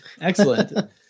excellent